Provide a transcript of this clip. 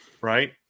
Right